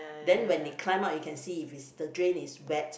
then when they climb out you see if it's the drain is wet